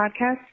podcast